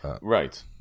right